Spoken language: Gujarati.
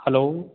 હાલો